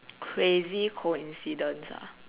crazy coincidence ah